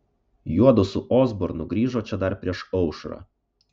juodu su osbornu grįžo čia dar prieš aušrą